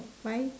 five